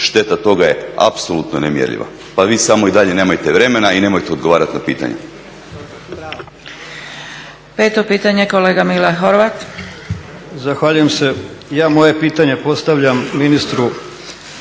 Šteta toga je apsolutno nemjerljiva, pa vi samo i dalje nemajte vremena i nemojte odgovarati na pitanja.